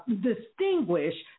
distinguish